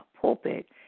pulpit